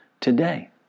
today